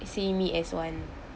see me as one